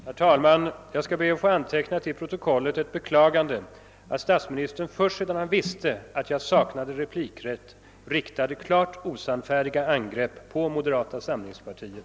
Herr talman! Jag ber att få anteckna till protokollet ett beklagande av att statsministern först sedan han visste att jag saknade replikrätt riktade klart osannfärdiga angrepp mot moderata samlingspartiet.